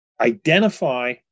identify